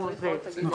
הוא עוזב.